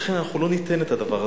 לכן אנחנו לא ניתן את הדבר הזה.